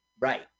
Right